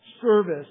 service